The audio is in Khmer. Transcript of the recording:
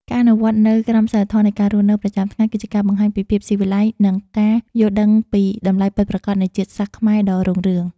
ការអនុវត្តនូវក្រមសីលធម៌នៃការរស់នៅប្រចាំថ្ងៃគឺជាការបង្ហាញពីភាពស៊ីវិល័យនិងការយល់ដឹងពីតម្លៃពិតប្រាកដនៃជាតិសាសន៍ខ្មែរដ៏រុងរឿង។